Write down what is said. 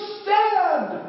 stand